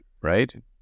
right